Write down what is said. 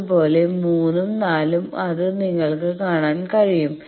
അതുപോലെ 3 ഉം 4 ഉം അത് നിങ്ങൾക്ക് കാണാൻ കഴിയും